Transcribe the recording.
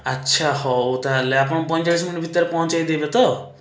ଆଚ୍ଛା ହଉ ତାହେଲେ ଆପଣଙ୍କୁ ପଇଁଚାଳିଶ ମିନିଟ୍ ଭିତରେ ପହଞ୍ଚାଇଦେବେ ତ